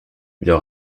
leur